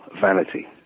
vanity